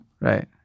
right